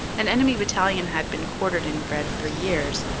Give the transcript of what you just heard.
an enemy battalion had been quartered in vred for years,